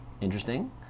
Interesting